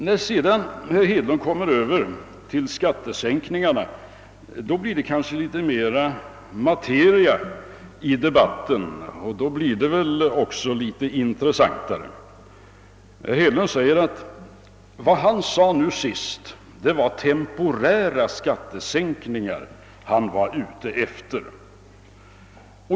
När herr Hedlund sedan kommer över till frågan om skattesänkningarna blir det kanske litet mera materia i debatten, och då blir det väl också litet intressantare. Herr Hedlund säger att vad han sade nu sist innebar att det var »temporära skattesänkningar» som han var ute efter.